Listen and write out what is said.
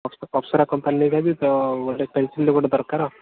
ଅପ୍ସରା କମ୍ପାନୀର ନେବି ତ ଗୋଟେ ପେନ୍ସିଲ୍ ଗୋଟେ ଦରକାର